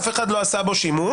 אף אחד לא עשה בו שימוש.